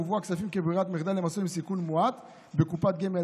יועברו הכספים כברירת מחדל למסלול עם סיכון מועט בקופת גמל